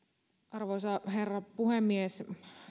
arvoisa herra puhemies